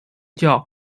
名叫